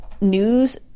news